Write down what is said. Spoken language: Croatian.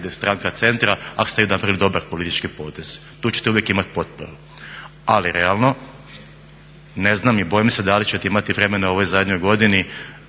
stranka centra ako ste vi napravili dobar politički potez. Tu ćete uvijek imati potporu. Ali realno, ne znam i bojim se da li ćete imati vremena u ovoj zadnjoj godini